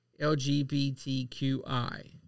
LGBTQI